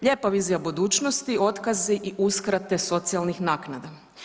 Lijepa vizija budućnosti, otkazi i uskrate socijalnih naknada.